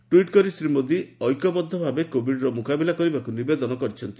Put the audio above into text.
tweet କରି ଶ୍ରୀ ମୋଦୀ ଐକ୍ୟବଦ୍ଧ ଭାବେ କୋବିଡ୍ର ମୁକାବିଲା କରିବାକୁ ନିବେଦନ କରିଛନ୍ତି